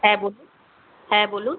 হ্যাঁ বলুন হ্যাঁ বলুন